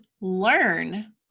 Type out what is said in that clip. learn